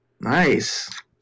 Nice